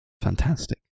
Fantastic